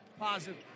positive